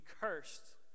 cursed